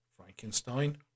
Frankenstein